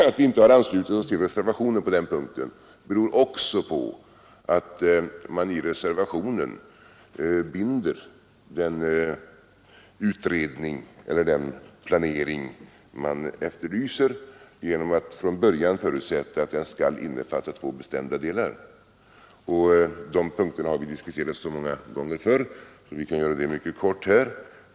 Att vi inte har anslutit oss till reservationen på den punkten beror också på att man i reservationen binder den planering man efterlyser genom att från början förutsätta att den skall innefatta två bestämda delar. De punkterna har vi diskuterat så många gånger förr att vi kan göra det mycket kort här.